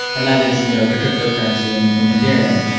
and that is you know the cryptocurrency in in ethereum,